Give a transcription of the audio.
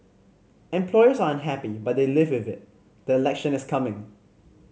employers are unhappy but they live with it the election is coming